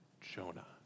jonah